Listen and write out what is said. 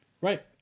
Right